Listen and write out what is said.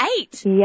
eight